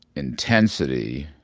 intensity